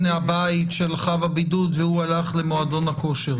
בית של חב הבידוד והוא הלך למועדון הכושר.